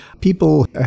people